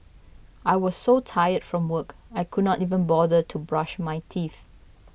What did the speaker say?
I was so tired from work I could not even bother to brush my teeth